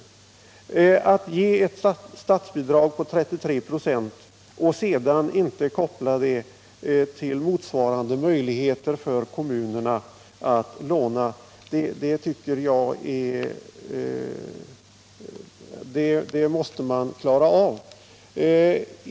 Detta att ge ett statsbidrag på 33 26 och sedan inte koppla det till motsvarande möjligheter för kommunerna att låna måste man göra någonting åt.